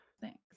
Thanks